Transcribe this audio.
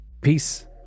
Peace